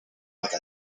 like